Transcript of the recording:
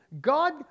God